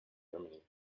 germany